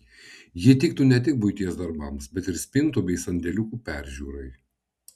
ji tiktų ne tik buities darbams bet ir spintų bei sandėliukų peržiūrai